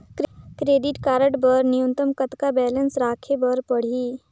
Credit card बर न्यूनतम कतका बैलेंस राखे बर पड़ही?